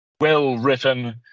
well-written